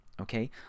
Okay